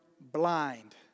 blind